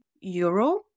euro